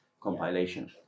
compilation